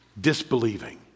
disbelieving